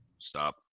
Stop